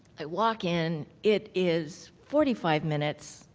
i walk in. it is forty five minutes.